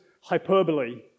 hyperbole